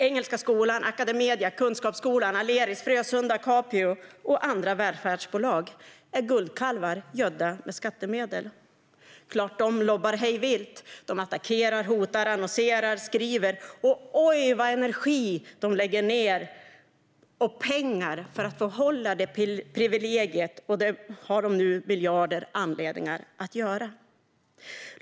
Engelska Skolan, Academedia, Kunskapsskolan, Aleris, Frösunda, Capio och andra välfärdsbolag är guldkalvar gödda med skattemedel. Det är klart att de lobbar hej vilt. De attackerar, hotar, annonserar och skriver. Oj, vad mycket energi och pengar de lägger ned för att få behålla det privilegiet, och det har de nu miljarder anledningar att göra.